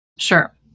Sure